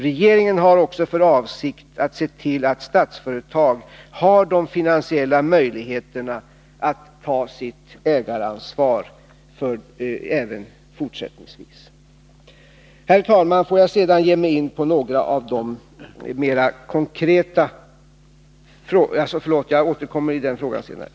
Regeringen har också för avsikt — och det är en deklaration som jag är angelägen att göra vid detta tillfälle — att se till att Statsföretag har de finansiella möjligheterna att ta sitt ägaransvar även fortsättningsvis.